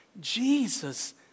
Jesus